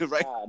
Right